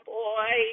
boy